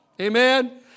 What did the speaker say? Amen